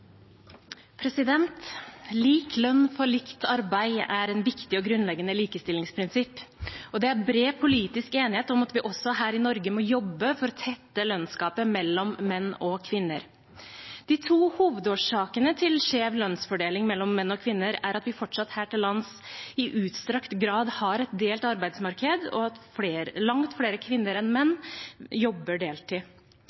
viktig og grunnleggende likestillingsprinsipp, og det er bred politisk enighet om at vi også her i Norge må jobbe for å tette lønnsgapet mellom menn og kvinner. De to hovedårsakene til skjev lønnsfordeling mellom menn og kvinner er at vi fortsatt her til lands i utstrakt grad har et delt arbeidsmarked, og at langt flere kvinner enn menn